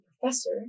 professor